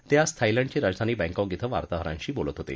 ते आज थायलंडची राजधानी बँकॉक क्वें वार्ताहरांशी बोलत होते